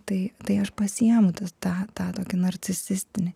tai tai aš pasiimu tą tą tokį narcisistinį